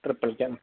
triple cam